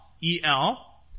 E-L